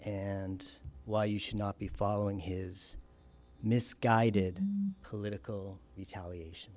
and why you should not be following his misguided political retaliation